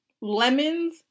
lemons